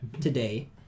Today